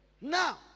Now